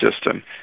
system